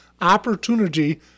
opportunity